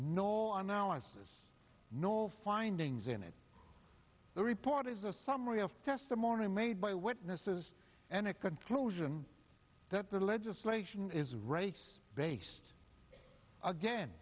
no i'm now as has no findings in it the report is a summary of testimony made by witnesses and a conclusion that the legislation is race based again